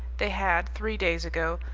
they had, three days ago,